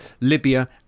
Libya